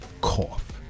cough